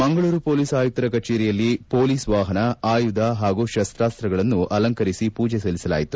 Mangaluru police ಆಯುಕರ ಕಚೇರಿಯಲ್ಲಿ police ವಾಹನ ಆಯುಧ ಹಾಗೂ ಶಸ್ತಾಸಗಳನ್ನು ಅಲಂಕರಿಸಿ ಪೂಜೆ ಸಲ್ಲಿಸಲಾಗಿದೆ